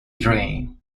drain